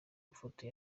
mafoto